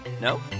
no